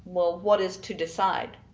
what is to decide?